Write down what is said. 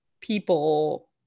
people